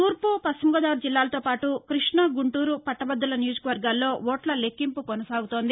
తూర్పు పశ్చిమగోదావరి జిల్లాలతో పాటు కృష్ణ గుంటూరు పట్టభ్రదుల నియోజకవర్గాల్లో ఓట్ల లెక్కింపు కొనసాగుతోంది